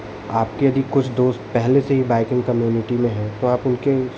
आपके यदि कुछ दोस्त पहले से ही बाइकिंग कम्यूनिटी में हैं तो आप उनके